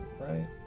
right